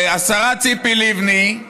השרה ציפי לבני,